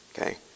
Okay